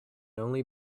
only